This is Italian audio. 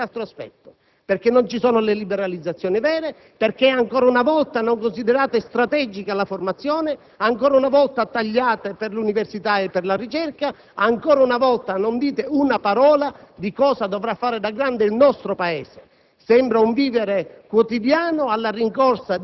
uccide, nel senso che non propone soluzioni allo stesso tempo sia per l'uno che per l'altro aspetto, perché non ci sono vere liberalizzazioni e perché ancora una volta non considerate strategica la formazione; ancora una volta tagliate fondi per l'università e la ricerca e ancora una volta non dite una parola